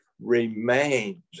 remains